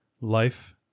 life